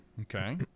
Okay